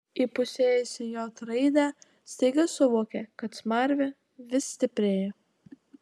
įpusėjusi j raidę staiga suvokė kad smarvė vis stiprėja